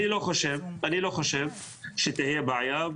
אני לא חשוב שתהיה בעיה,